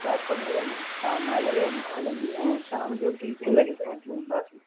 लाजपत नगर मां हा नाएं लॻे हलंदी ऐं शाम जो टीं चईं लॻे ताईं अची वेंदासीं